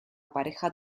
pareja